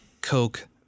Coke